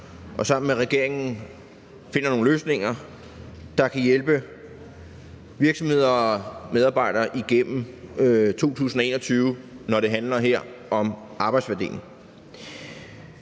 og sammen med regeringen finder nogle løsninger, der kan hjælpe virksomheder og medarbejdere igennem 2021, når det handler om arbejdsfordeling